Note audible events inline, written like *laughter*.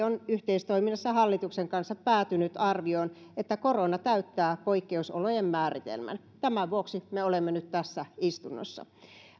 *unintelligible* on yhteistoiminnassa hallituksen kanssa päätynyt arvioon että korona täyttää poikkeusolojen määritelmän tämän vuoksi me olemme nyt tässä istunnossa